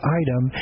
item